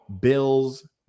Bills